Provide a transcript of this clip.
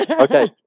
Okay